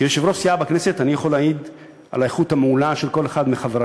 כיושב-ראש סיעה בכנסת אני יכול להעיד על האיכות המעולה של כל אחד מחברי